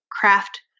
craft